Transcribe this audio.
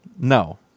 No